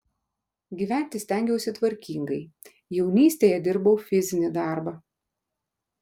gyventi stengiausi tvarkingai jaunystėje dirbau fizinį darbą